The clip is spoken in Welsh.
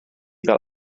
fel